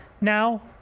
now